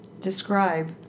Describe